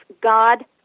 God